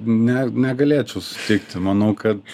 ne negalėčiau susitikti manau kad